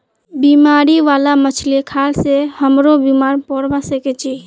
बीमारी बाला मछली खाल से हमरो बीमार पोरवा सके छि